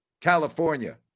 California